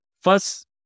first